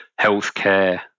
healthcare